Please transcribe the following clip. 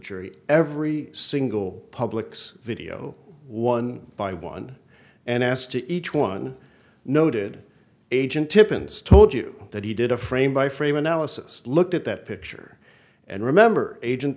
jury every single public's video one by one and asked to each one noted agent tippens told you that he did a frame by frame analysis look at that picture and remember agent